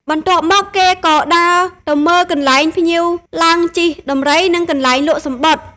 បន្ទាប់មក គេក៏ដើរទៅមើលកន្លែងដែលភ្ញៀវឡើងជិះដំរី និងកន្លែង លក់សំបុត្រ ។